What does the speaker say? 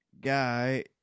guy